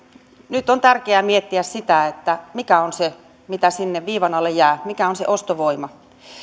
nyt on tärkeää miettiä mikä on se mitä sinne viivan alle jää mikä on se ostovoima